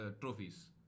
trophies